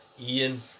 Ian